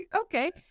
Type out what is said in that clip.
Okay